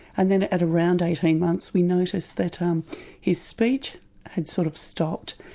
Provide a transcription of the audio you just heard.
and then at around eighteen months we noticed that um his speech had sort of stopped.